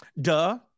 Duh